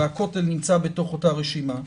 הכותל נמצא בתוך אותה רשימה,